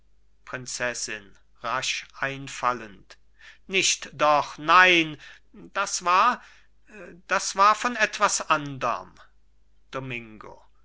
prinzessin rasch einfallend nicht doch nein das war das war von etwas anderm domingo